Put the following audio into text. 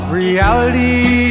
reality